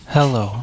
Hello